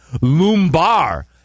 Lumbar